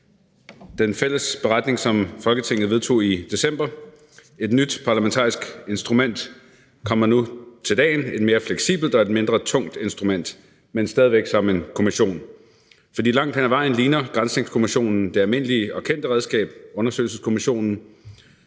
den fælles beretning, som Folketinget vedtog i december 2020. Et nyt parlamentarisk instrument kommer nu til verden, et mere fleksibelt og et mindre tungt instrument, men stadig væk i form af en kommission. For langt hen ad vejen ligner granskningskommissionen det almindelige og kendte redskab, en undersøgelseskommission,